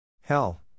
Hell